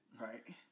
Right